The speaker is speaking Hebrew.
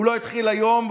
הוא לא התחיל היום,